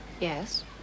Yes